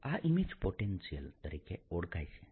આ image potential તરીકે ઓળખાય છે